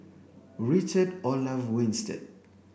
Richard Olaf Winstedt